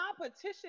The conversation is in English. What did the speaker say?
competition